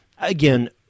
Again